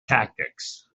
tactics